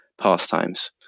pastimes